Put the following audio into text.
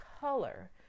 color